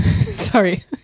sorry